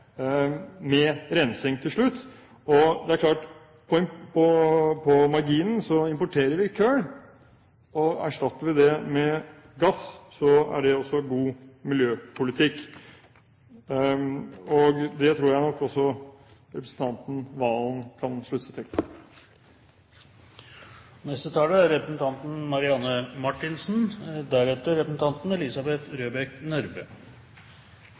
med rensing til slutt. Og det er klart at på marginen importerer vi kull, og erstatter vi det med gass, er det også god miljøpolitikk. Det tror jeg nok også representanten Serigstad Valen kan slutte seg til. Jeg må si at denne debatten er